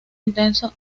intenso